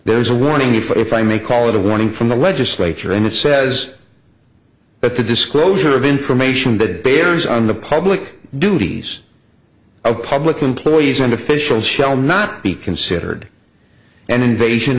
there's a warning if i may call it a warning from the legislature and it says that the disclosure of information that bears on the public duties of public employees and officials shall not be considered an invasion